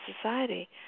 society